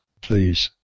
please